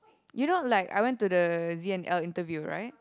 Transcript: you know like I went to the Z and L interview right